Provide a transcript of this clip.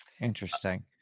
Interesting